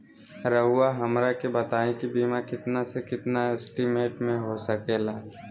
रहुआ हमरा के बताइए के बीमा कितना से कितना एस्टीमेट में हो सके ला?